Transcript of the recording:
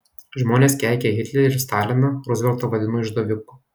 žmonės keikė hitlerį ir staliną ruzveltą vadino išdaviku